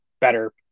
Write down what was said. better